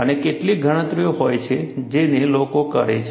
અને કેટલીક ગણતરીઓ હોય છે જેને લોકો કરે છે